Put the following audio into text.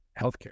healthcare